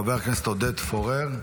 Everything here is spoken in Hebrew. חבר הכנסת עודד פורר.